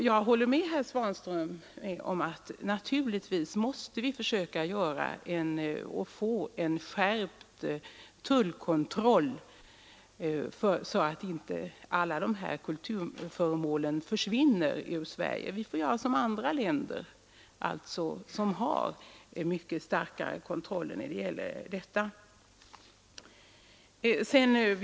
Jag håller med herr Svanström om att vi måste försöka få till stånd en skärpt tullkontroll, så att inte alla gamla kulturföremål försvinner ur Sverige. Vi får göra som andra länder som har mycket starkare kontroll på detta område.